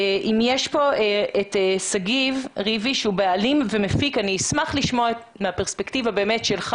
נמצא אתנו שגיב ריבי שהוא בעלים ומפיק ואני אשמח לשמוע מהפרספקטיבה שלך.